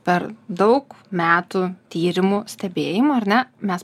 per daug metų tyrimų stebėjimų ar ne mes